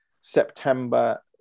September